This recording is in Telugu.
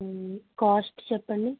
కాస్ట్ చెప్పండి